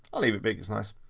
i'll leave it big. it's nice.